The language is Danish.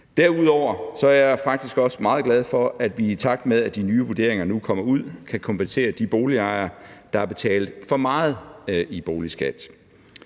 Derudover er jeg faktisk også meget glad for, at vi, i takt med at de nye vurderinger nu kommer ud, kan kompensere de boligejere, der har betalt for meget i boligskat.